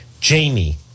Jamie